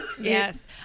Yes